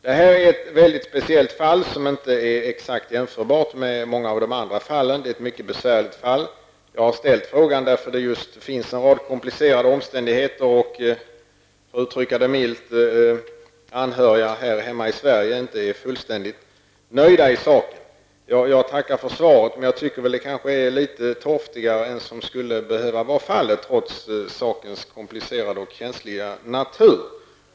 Här rör det sig om ett mycket speciellt fall som inte är exakt jämförbart med många av de andra fallen. Det är ett mycket besvärligt fall. Jag har ställt frågan, därför att det finns en rad komplicerande omständigheter. För att uttrycka det milt vill jag säga att anhöriga i Sverige inte är fullt nöjda. Jag tackar för svaret, men jag tycker nog att det är litet torftigare än vad som är nödvändigt, trots sakens komplicerade och känsliga natur.